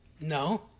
No